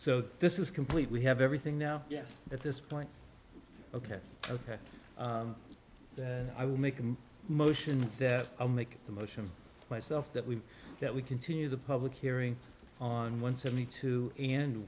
so this is complete we have everything now yes at this point ok ok and i will make a motion that i'll make the motion myself that we that we continue the public hearing on one seventy two and